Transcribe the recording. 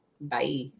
Bye